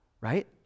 Right